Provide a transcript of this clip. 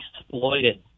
exploited